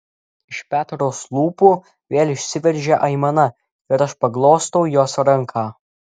iš petros lūpų vėl išsiveržia aimana ir aš paglostau jos ranką